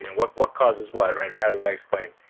and what what causes what right, or how do i explain?